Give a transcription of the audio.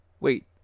Wait